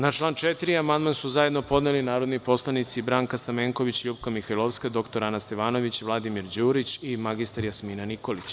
Na član 4. amandman su zajedno podneli narodni poslanici Branka Stamenković, LJupka Mihajlovska, dr Ana Stevanović, Vladimir Đurić i mr Jasmina Nikolić.